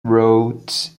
wrote